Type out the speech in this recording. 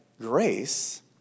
grace